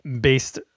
based